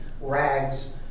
rags